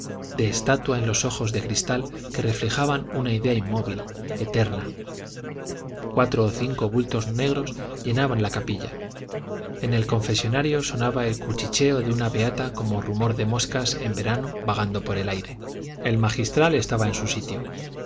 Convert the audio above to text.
de estatua en los ojos de cristal que reflejaban una idea inmóvil eterna cuatro o cinco bultos negros llenaban la capilla en el confesonario sonaba el cuchicheo de una beata como rumor de moscas en verano vagando por el aire el magistral estaba en su sitio